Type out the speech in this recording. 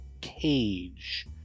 cage